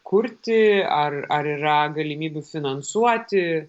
kurti ar ar yra galimybių finansuoti